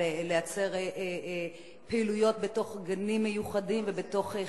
על לייצר פעילויות בתוך גנים מיוחדים ובתוך חינוך,